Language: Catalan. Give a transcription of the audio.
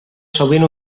sovint